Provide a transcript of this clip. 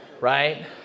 right